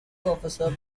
officer